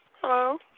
Hello